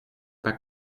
pas